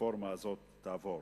כשהרפורמה הזאת תעבור.